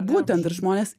būtent ir žmonės